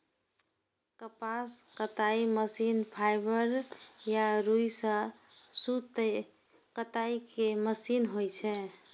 कपास कताइ machine fibre या रुइ सं सूत कताइ के मशीन होइ छै